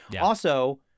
Also-